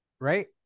Right